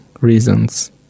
reasons